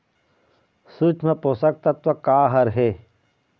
सूक्ष्म पोषक तत्व का हर हे?